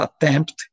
attempt